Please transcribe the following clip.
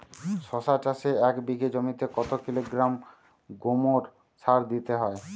শশা চাষে এক বিঘে জমিতে কত কিলোগ্রাম গোমোর সার দিতে হয়?